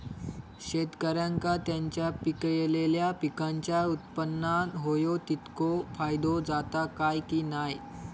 शेतकऱ्यांका त्यांचा पिकयलेल्या पीकांच्या उत्पन्नार होयो तितको फायदो जाता काय की नाय?